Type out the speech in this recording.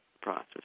process